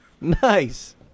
Nice